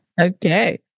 Okay